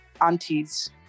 aunties